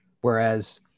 Whereas